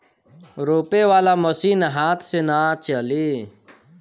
रोपे वाला मशीन हाथ से ना चली